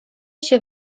się